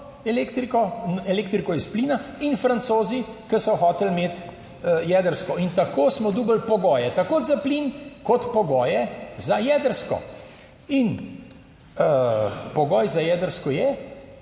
elektriko iz plina in Francozi, ki so hoteli imeti jedrsko in tako smo dobili pogoje tako za plin, kot pogoje za jedrsko. In pogoj za jedrsko je